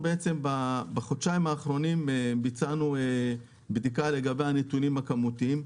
בחודשיים האחרונים אנחנו ביצענו בדיקה לגבי הנתונים הכמותיים.